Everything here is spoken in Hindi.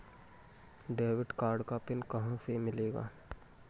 डेबिट कार्ड का पिन कहां से मिलेगा?